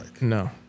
No